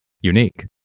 unique